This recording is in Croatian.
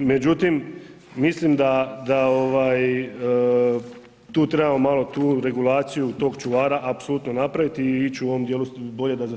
Međutim, mislim da ovaj tu trebamo malo tu regulaciju tog čuvara apsolutno napraviti i ići u ovom dijelu bolje da